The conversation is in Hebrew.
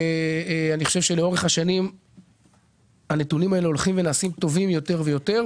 אני חושב שלאורך השנים הנתונים האלה הולכים ונעשים טובים יותר ויותר,